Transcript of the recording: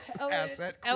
asset